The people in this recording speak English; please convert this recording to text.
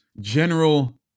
general